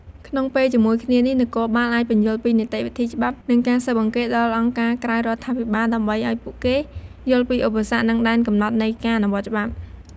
ក្នុងពេលជាមួយគ្នានេះ នគរបាលអាចពន្យល់ពីនីតិវិធីច្បាប់ និងការស៊ើបអង្កេតដល់អង្គការក្រៅរដ្ឋាភិបាល ដើម្បីឲ្យពួកគេយល់ពីឧបសគ្គ និងដែនកំណត់នៃការអនុវត្តច្បាប់។